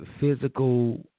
physical